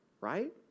Right